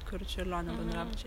kur čiurlionio bendrabučiai